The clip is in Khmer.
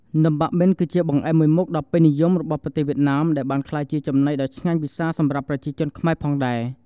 នំបាក់បិន គឺជាបង្អែមមួយមុខដ៏ពេញនិយមរបស់ប្រទេសវៀតណាម ដែលបានក្លាយជាចំណីដ៏ឆ្ងាញ់ពិសាសម្រាប់ប្រជាជនខ្មែរផងដែរ។